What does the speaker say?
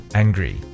angry